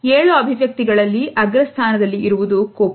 ಏಳು ಅಭಿವ್ಯಕ್ತಿಗಳಲ್ಲಿ ಅಗ್ರಸ್ಥಾನದಲ್ಲಿ ಇರುವುದು ಕೋಪ